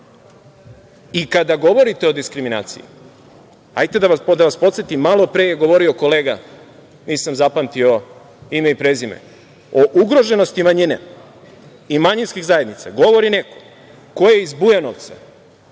mi. Kada govorite o diskriminaciji, hajde da vas podsetim. Malopre je govorio kolega, nisam zapamtio ime i prezime, o ugroženosti manjine i manjinskih zajednica. Govori neko ko je iz Bujanovca,